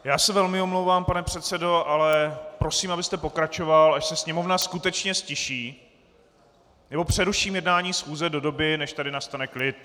Já se velmi omlouvám, pane předsedo, ale prosím, abyste pokračoval, až se sněmovna skutečně ztiší, nebo přeruším jednání schůze do doby, než tady nastane klid.